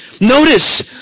Notice